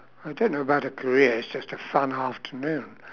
I don't know about a career it's just a fun afternoon